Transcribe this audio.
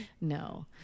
No